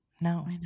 no